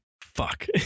fuck